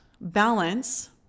balance